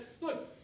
look